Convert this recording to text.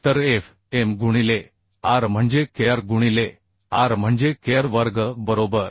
तर Fm गुणिले r म्हणजे kr गुणिले r म्हणजे kr वर्ग बरोबर